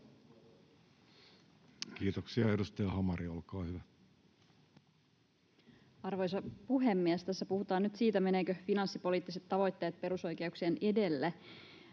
laeiksi Time: 16:19 Content: Arvoisa puhemies! Tässä puhutaan nyt siitä, menevätkö finanssipoliittiset tavoitteet perusoikeuksien edelle.